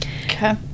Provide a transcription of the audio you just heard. Okay